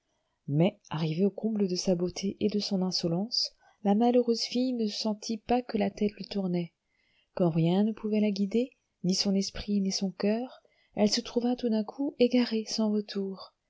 mais arrivée au comble de sa beauté et de son insolence la malheureuse fille ne sentit pas que la tête lui tournait comme rien ne la pouvait guider ni son esprit ni son coeur elle se trouva tout d'un coup égarée sans retour